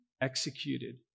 executed